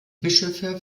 bischöfe